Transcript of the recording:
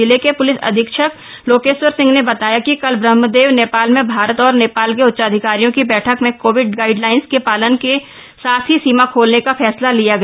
जिले के पुलिस अधीक्षक लोकेश्वर सिंह ने बताया कि कल ब्रह्मदेव नेपाल में भारत और नेपाल के उच्चाधिकारियों की बैठक में कोविड गाइडलाइंस के पालन के साथ सीमा खोलने का फैसला लिया गया